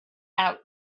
out